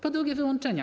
Po drugie, wyłączenia.